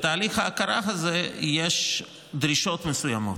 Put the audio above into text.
בתהליך ההכרה הזה יש דרישות מסוימות.